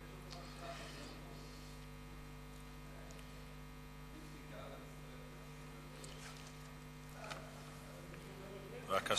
בשביל כולנו.